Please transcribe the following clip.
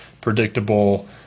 predictable